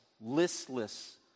listless